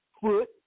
foot